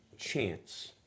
Chance